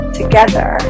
together